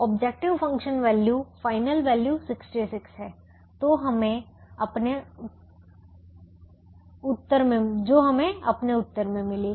objective function value final value 66 है जो हमें अपने उत्तर में मिली